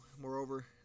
Moreover